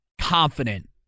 confident